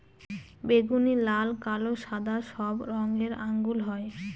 বেগুনি, লাল, কালো, সাদা সব রঙের আঙ্গুর হয়